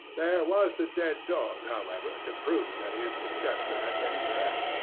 there was the dead dog, however, to prove that his conjecture had been correct.